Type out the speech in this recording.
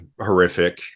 horrific